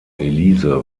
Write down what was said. elise